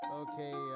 okay